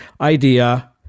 idea